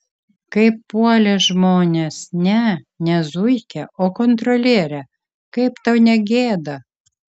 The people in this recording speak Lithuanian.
kaip puolė žmonės ne ne zuikę o kontrolierę kaip tau negėda